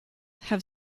have